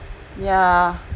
yeah